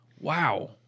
Wow